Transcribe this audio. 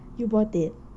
you bought it